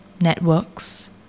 networks